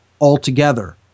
altogether